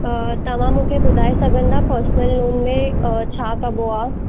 तव्हां मूंखे ॿुधाए सघंदा पर्सनल लोन में छा कबो आहे